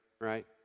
right